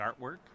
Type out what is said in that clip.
artwork